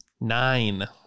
Nine